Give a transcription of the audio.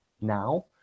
now